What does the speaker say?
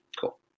cool